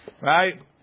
right